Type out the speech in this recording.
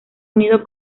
unido